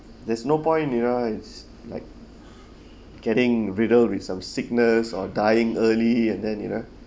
there is no point you know it's like getting riddles with some sickness or dying early and then you know